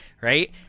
right